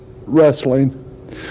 wrestling